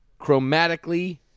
chromatically